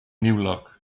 niwlog